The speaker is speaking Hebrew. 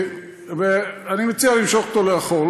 אני מציע למשוך אותו לאחור.